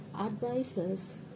advises